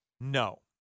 No